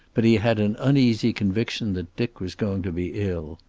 but he had an uneasy conviction that dick was going to be ill.